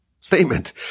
statement